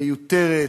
מיותרת,